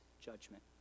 judgment